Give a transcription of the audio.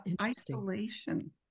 isolation